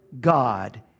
God